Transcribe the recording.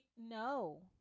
no